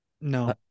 No